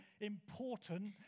important